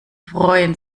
freuen